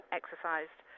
exercised